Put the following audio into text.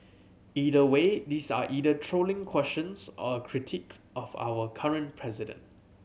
either way these are either trolling questions or a critiques of our current president